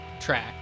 track